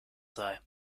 sei